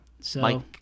So-